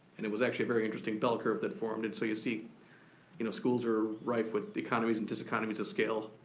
and it was actually very interesting bell curve that formed. and so you see you know schools are rife with the economies and diseconomies of scale,